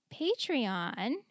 Patreon